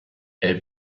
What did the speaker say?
elle